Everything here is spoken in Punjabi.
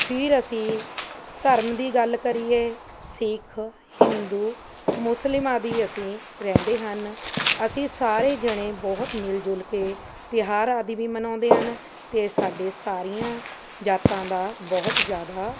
ਫਿਰ ਅਸੀਂ ਧਰਮ ਦੀ ਗੱਲ ਕਰੀਏ ਸਿੱਖ ਹਿੰਦੂ ਮੁਸਲਿਮ ਆਦਿ ਅਸੀਂ ਰਹਿੰਦੇ ਹਨ ਅਸੀਂ ਸਾਰੇ ਜਣੇ ਬਹੁਤ ਮਿਲ ਜੁਲ ਕੇ ਤਿਓਹਾਰ ਆਦਿ ਵੀ ਮਨਾਉਂਦੇ ਹਨ ਅਤੇ ਸਾਡੇ ਸਾਰੀਆਂ ਜਾਤਾਂ ਦਾ ਬਹੁਤ ਜ਼ਿਆਦਾ